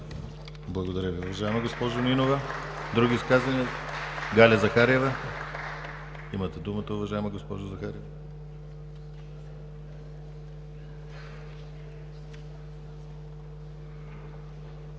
Благодаря Ви, уважаема госпожо Нинова. Други изказвания? Имате думата, уважаема госпожо Захариева.